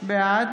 בעד